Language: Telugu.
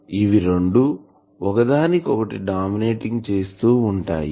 ఇవి రెండు ఒకదానికి ఒకటి డామినేటింగ్ చేస్తూ ఉంటాయి